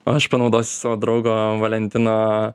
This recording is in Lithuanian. o aš panaudosiu savo draugo valentino